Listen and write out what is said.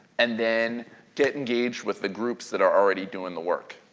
and then get engaged with the groups that are already doing the work.